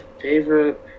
favorite